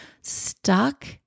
stuck